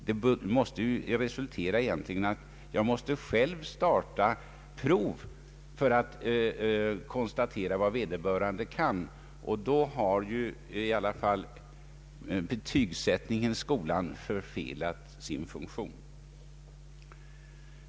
Det måste resultera i att jag är tvungen att själv starta prov för att konstatera vad vederbörande kan, och då har ju betygsättningen i skolan förfelat sin funktion.